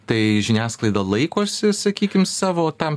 tai žiniasklaida laikosi sakykim savo tam